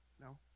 No